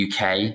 UK